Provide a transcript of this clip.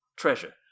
Treasure